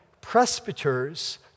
presbyters